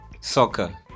Soccer